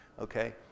Okay